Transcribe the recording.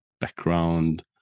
background